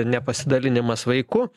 nepasidalinimas vaiku